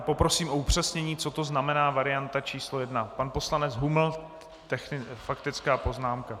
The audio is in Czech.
Poprosím o upřesnění, co to znamená varianta číslo 1. Pan poslanec Huml faktická poznámka.